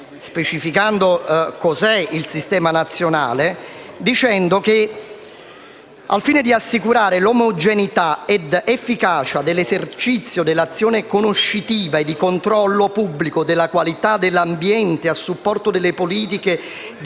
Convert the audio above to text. specificando cos'è il Sistema nazionale, dicendo che è istituito «al fine di assicurare l'omogeneità ed efficacia dell'esercizio dell'azione conoscitiva e di controllo pubblico della qualità dell'ambiente a supporto delle politiche di